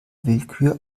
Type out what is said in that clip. willkür